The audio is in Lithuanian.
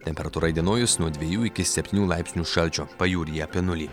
temperatūra įdienojus nuo dviejų iki septynių laipsnių šalčio pajūry apie nulį